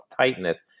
tightness